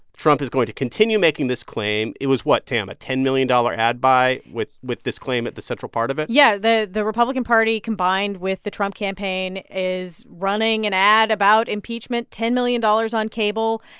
trump is going to continue making this claim. it was what, tam? a ten million dollars ad buy with with this claim at the central part of it yeah. the the republican party, combined with the trump campaign, is running an ad about impeachment ten million dollars on cable.